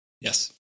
Yes